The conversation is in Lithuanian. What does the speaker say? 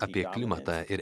apie klimatą ir